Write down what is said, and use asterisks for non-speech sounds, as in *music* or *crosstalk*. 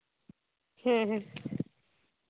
*unintelligible*